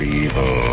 evil